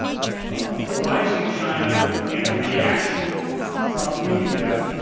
a rising china and a reaction from india,